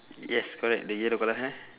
yes correct the yellow colour hair